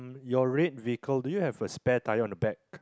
your red vehicle do you have a spare tyre on the back